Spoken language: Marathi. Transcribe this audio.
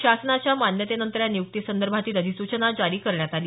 शासनाच्या मान्यतेनंतर या नियुक्तीसंदर्भातील अधिसूचना जारी करण्यात आली